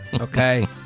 Okay